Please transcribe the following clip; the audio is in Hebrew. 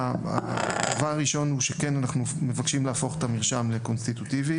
הדבר הראשון הוא שאנחנו מבקשים להפוך את המרשם לקונסטיטוטיבי,